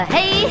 Hey